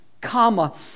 comma